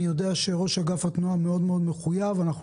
אני יודע שראש אגף התנועה מחויב מאוד,